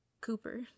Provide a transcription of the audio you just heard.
Cooper